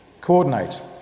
Coordinate